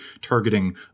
targeting